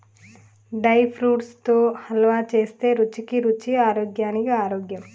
dry fruits తో హల్వా చేస్తే రుచికి రుచి ఆరోగ్యానికి ఆరోగ్యం